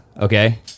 okay